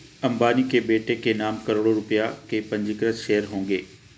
अंबानी के बेटे के नाम करोड़ों रुपए के पंजीकृत शेयर्स होंगे